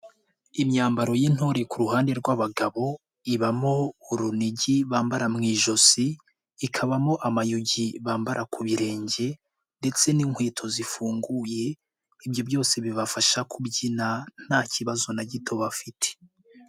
Imyambaro y'intore ku ruhande rw'abagabo ibamo urunigi bambara mu ijosi, ikabamo amayogi bambara ku birenge ndetse n'inkweto zifunguye ibyo byose bibafasha kubyina nta kibazo na gito bafite.